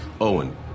Owen